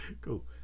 cool